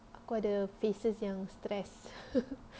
aku ada phases yang stressed